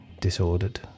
disordered